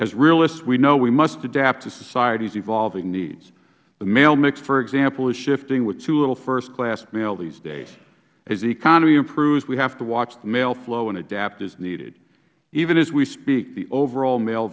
as realists we know we must adapt to society's evolving needs the mail mix for example is shifting with too little first class mail these days as the economy improves we have to watch the mail flow and adapt as needed even as we speak the overall mail